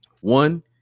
One